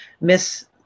miss